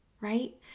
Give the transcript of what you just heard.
right